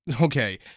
Okay